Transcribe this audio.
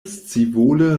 scivole